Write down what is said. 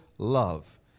love